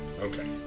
Okay